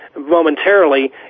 momentarily